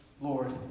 Lord